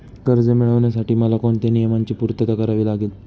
कर्ज मिळविण्यासाठी मला कोणत्या नियमांची पूर्तता करावी लागेल?